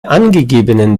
angegebenen